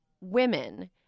women